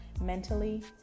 mentally